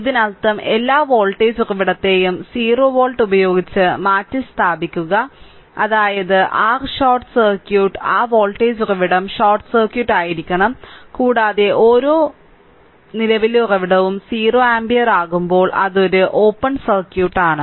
ഇതിനർത്ഥം എല്ലാ വോൾട്ടേജ് ഉറവിടത്തെയും 0 വോൾട്ട് ഉപയോഗിച്ച് മാറ്റിസ്ഥാപിക്കുക അതായത് r ഷോർട്ട് സർക്യൂട്ട് ആ വോൾട്ടേജ് ഉറവിടം ഷോർട്ട് സർക്യൂട്ട് ആയിരിക്കണം കൂടാതെ ഓരോ നിലവിലെ ഉറവിടവും 0 ആമ്പിയർ ആകുമ്പോൾ അത് ഒരു ഓപ്പൺ സർക്യൂട്ട് ആണ്